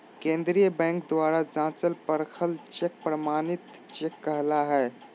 केंद्रीय बैंक द्वारा जाँचल परखल चेक प्रमाणित चेक कहला हइ